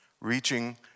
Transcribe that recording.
reaching